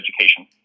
education